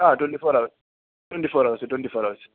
ആ twenty four hours twenty four hours twenty four hours